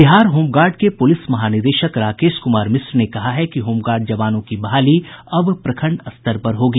Bihar home guard के पूलिस महानिदेशक राकेश कुमार मिश्रा ने कहा है कि होमगार्ड जवानों की बहाली अब प्रखंड स्तर पर होगी